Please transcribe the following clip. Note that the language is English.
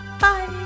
bye